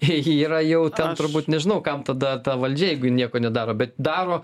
jei ji yra jau ten turbūt nežinau kam tada ta valdžia jeigu nieko nedaro bet daro